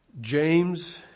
James